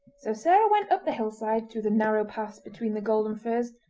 so sarah went up the hillside through the narrow paths between the golden furze,